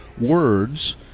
words